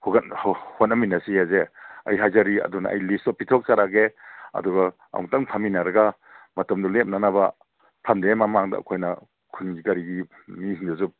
ꯍꯣꯠꯅꯃꯤꯟꯅꯁꯤ ꯍꯥꯏꯁꯦ ꯑꯩ ꯍꯥꯏꯖꯔꯤ ꯑꯗꯨꯅ ꯑꯩ ꯂꯤꯁꯇꯨ ꯄꯤꯊꯣꯛꯆꯔꯛꯑꯒꯦ ꯑꯗꯨꯒ ꯑꯃꯨꯛꯇꯪ ꯐꯝꯃꯤꯟꯅꯔꯒ ꯃꯇꯝꯗꯨ ꯂꯦꯞꯅꯅꯕ ꯐꯝꯗ꯭ꯔꯤꯉꯩ ꯃꯃꯥꯡꯗ ꯑꯩꯈꯣꯏꯅ ꯈꯨꯟꯒꯤ ꯀꯔꯤꯒꯤ ꯃꯤꯁꯤꯡꯗꯨꯁꯨ